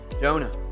Jonah